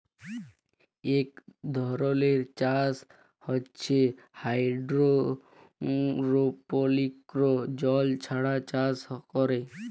ইক ধরলের চাষ হছে হাইডোরোপলিক্স জল ছাড়া চাষ ক্যরে